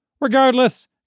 Regardless